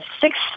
six